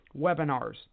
webinars